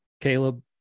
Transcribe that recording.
Caleb